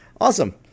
awesome